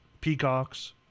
peacocks